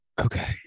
Okay